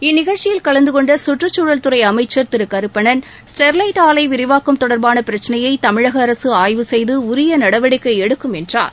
இந்நிகழ்ச்சியில் கலந்தகொண்ட கற்றுக்குழல் துறை அமைச்சர் திரு கருப்பணன் ஸ்டெர்வைட் ஆலை விரிவாக்கம் தொடர்பான பிரச்சினையை தமிழக அரசு ஆய்வு செய்து உரிய நடவடிக்கை எடுக்கும் என்றார்